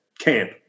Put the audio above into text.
camp